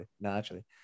naturally